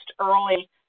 early